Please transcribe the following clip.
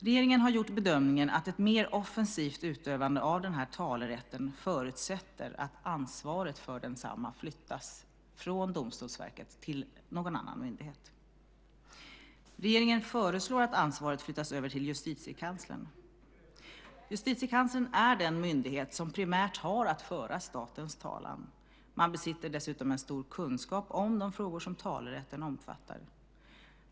Regeringen har gjort bedömningen att ett mer offensivt utövande av talerätten förutsätter att ansvaret för densamma flyttas från Domstolsverket till någon annan myndighet. Regeringen föreslår att ansvaret flyttas över till Justitiekanslern. Justitiekanslern är den myndighet som primärt har att föra statens talan. Man besitter dessutom en stor kunskap om de frågor som talerätten omfattar.